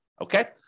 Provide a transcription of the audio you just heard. Okay